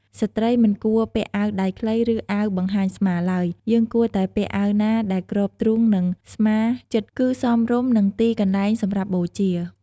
ស្ត្រីមិនគួរពាក់អាវដៃខ្លីឬអាវបង្ហាញស្មាទ្បើយ យើងគួរតែពាក់អាវណាដែលគ្របទ្រូងនិងស្មាជិតគឺសមរម្យនឹងទីកន្លែងសម្រាប់បូជា។